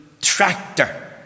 tractor